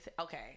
okay